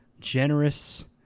generous